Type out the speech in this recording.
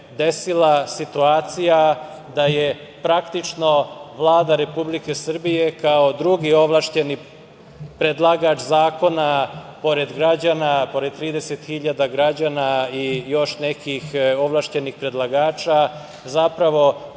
desila situacija da je praktično Vlada Republike Srbije kao drugi ovlašćeni predlagač zakona, pored građana, pored 30.000 građana i još nekih ovlašćenih predlagača, zapravo